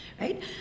Right